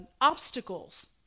obstacles